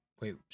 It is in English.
Wait